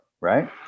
right